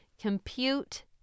compute